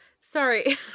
Sorry